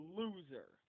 loser